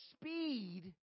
speed